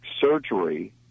surgery